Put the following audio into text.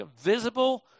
visible